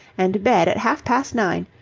and bed at half-past nine!